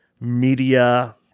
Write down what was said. media